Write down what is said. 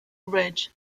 ridge